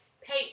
pay